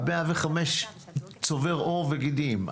105 צובר עור וגידים,